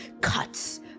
cuts